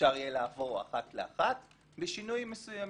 אפשר יהיה לעבור אחת לאחת בשינויים מסוימים,